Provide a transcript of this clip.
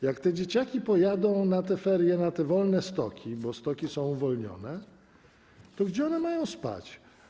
Jak te dzieciaki pojadą w ferie na te wolne stoki, bo stoki są uwolnione, to gdzie one mają spać?